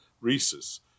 Rhesus